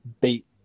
beat